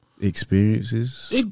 Experiences